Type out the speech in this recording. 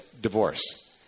divorce